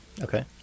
okay